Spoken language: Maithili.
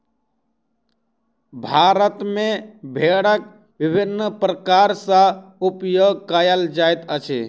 भारत मे भेड़क विभिन्न प्रकार सॅ उपयोग कयल जाइत अछि